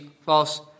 false